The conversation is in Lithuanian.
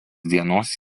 dienos